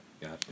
gotcha